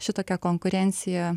šitokią konkurenciją